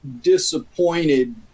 disappointed